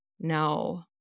no